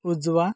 उजवा